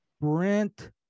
brent